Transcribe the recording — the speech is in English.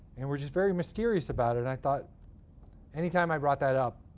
and were just very mysterious about it. and i thought any time i brought that up,